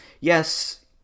Yes